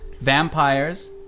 vampires